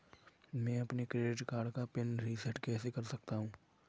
मैं अपने credit card का पिन रिसेट कैसे कर सकता हूँ?